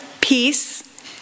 peace